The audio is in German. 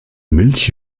milch